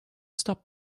stop